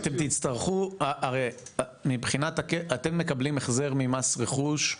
אתם תצטרכו, הרי אתם מקבלים החזר ממס רכוש,